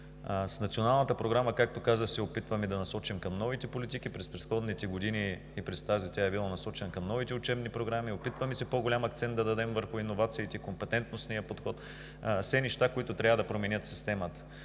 С Националната програма, както казах, се опитваме да се насочим към новите политики. През предходните години и през тази тя е била насочена към новите учебни програми. Опитваме се да дадем по-голям акцент върху иновациите, компетентностния подход – все неща, които трябва да променят системата.